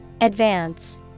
Advance